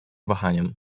wahaniem